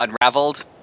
unraveled